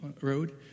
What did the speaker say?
road